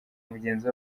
mugenzi